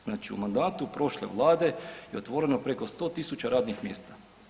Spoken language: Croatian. Znači u mandatu prošle Vlade je otvoreno preko 100 tisuća radnih mjesta.